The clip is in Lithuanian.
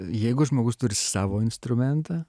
jeigu žmogus turi savo instrumentą